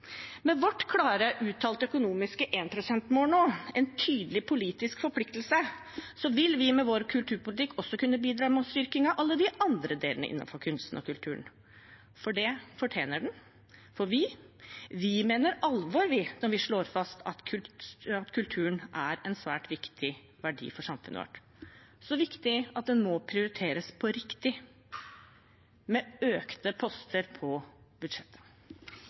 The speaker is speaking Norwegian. Med vårt klare, uttalte økonomiske 1-prosentmål – en tydelig politisk forpliktelse – vil vi med vår kulturpolitikk også kunne bidra med styrking av alle de andre delene innenfor kunsten og kulturen. Det fortjener den. For vi, vi mener alvor når vi slår fast at kulturen er en svært viktig verdi for samfunnet vårt, så viktig at den må prioriteres på riktig – med økte poster på budsjettet.